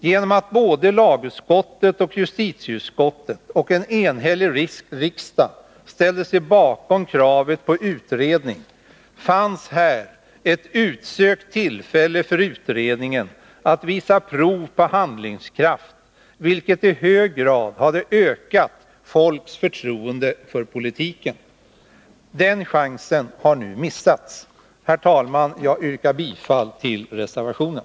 Genom att både lagutskottet och justitieutskottet och en enhällig riksdag ställde sig bakom kravet på utredning fanns här ett utsökt tillfälle för utredningen att visa prov på handlingskraft, vilket i hög grad hade ökat folks förtroende för politiken. Den chansen har nu missats. Herr talman! Jag yrkar bifall till reservationen.